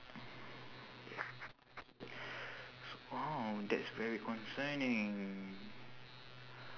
!wow! that's very concerning